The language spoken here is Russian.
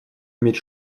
иметь